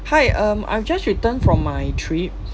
hi um I've just returned from my trip